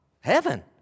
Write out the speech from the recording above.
Heaven